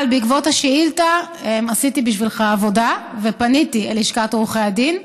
אבל בעקבות השאילתה עשיתי בשבילך עבודה ופניתי אל לשכת עורכי הדין.